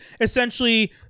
essentially